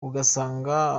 ugasanga